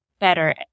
better